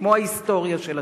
כמו ההיסטוריה של עצמה.